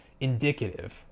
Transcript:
indicative